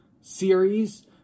series